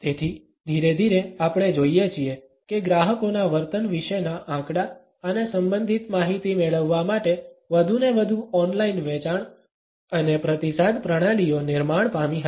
તેથી ધીરે ધીરે આપણે જોઇએ છીએ કે ગ્રાહકોના વર્તન વિશેના આંકડા અને સંબંધિત માહિતી મેળવવા માટે વધુને વધુ ઓનલાઈન વેચાણ અને પ્રતિસાદ પ્રણાલીઓ નિર્માણ પામી હતી